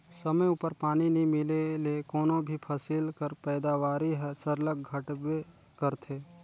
समे उपर पानी नी मिले ले कोनो भी फसिल कर पएदावारी हर सरलग घटबे करथे